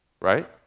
right